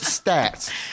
stats